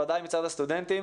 ובוודאי מצד הסטודנטים.